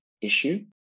issue